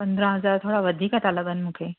पंद्रह हज़ार थोरा वधीक था लॻनि मूंखे